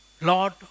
Lord